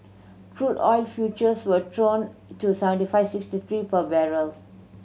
crude oil futures were down to seventy five sixty three per barrel